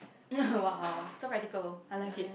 !wow! so practical I like it